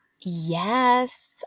Yes